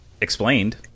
explained